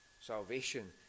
Salvation